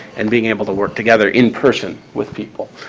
and being able to work together in person with people.